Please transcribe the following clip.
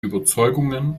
überzeugungen